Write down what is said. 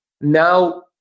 Now